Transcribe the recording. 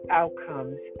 outcomes